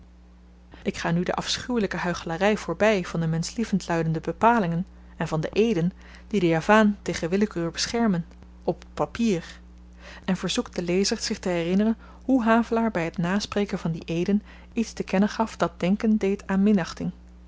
ik ga nu de afschuwelyke huichelary voorby van de menschlievendluidende bepalingen en van de eeden die den javaan tegen willekeur beschermen op t papier en verzoek den lezer zich te herinneren hoe havelaar by t naspreken van die eeden iets te kennen gaf dat denken deed aan